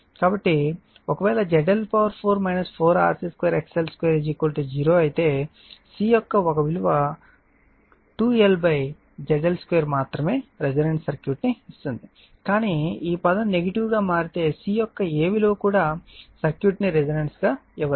కాబట్టి మరియు ఒకవేళ ZL4 4 RC2 XL2 0 అయితే C యొక్క ఒక విలువ 2LZL 2 మాత్రమే రెసోనన్స్ సర్క్యూట్ ని ఇస్తుంది కానీ ఈ పదం నెగిటివ్ గా మారితే C యొక్క ఏ విలువ కూడా సర్క్యూట్ ని రెసోనెన్స్ గా ఇవ్వలేదు